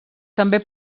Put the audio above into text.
també